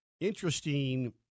interesting